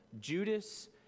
Judas